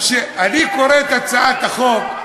זה ערבי?